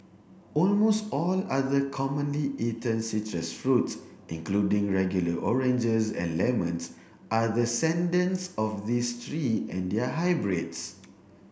almost all other commonly eaten citrus fruits including regular oranges and lemons are descendants of these three and their hybrids